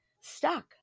stuck